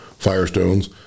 Firestones